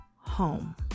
home